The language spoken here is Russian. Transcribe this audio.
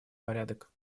порядок